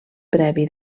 previ